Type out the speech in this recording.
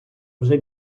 вже